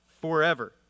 forever